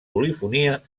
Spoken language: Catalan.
polifonia